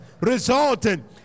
resulting